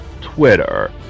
Twitter